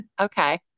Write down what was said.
Okay